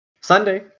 sunday